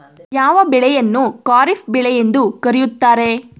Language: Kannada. ಯಾವ ಬೆಳೆಯನ್ನು ಖಾರಿಫ್ ಬೆಳೆ ಎಂದು ಕರೆಯುತ್ತಾರೆ?